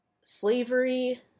slavery